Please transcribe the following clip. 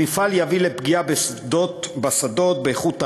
המפעל יביא לפגיעה בשדות, באיכות האוויר,